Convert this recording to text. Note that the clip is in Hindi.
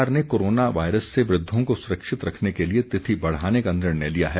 सरकार ने कोरोना वायरस से वृद्धों को सुरक्षित रखने के लिए तिथि बढ़ाने का निर्णय लिया है